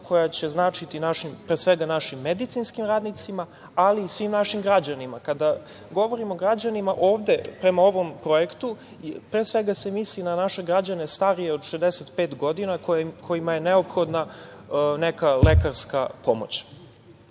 koja će značiti, pre svega, našim medicinskim radnicima, ali i svim našim građanima. Kada govorim o građanima, ovde prema ovom projektu pre svega se misli na naše građane starije od 65 godina kojima je neophodna neka lekarska